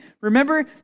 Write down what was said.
Remember